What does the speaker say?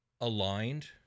aligned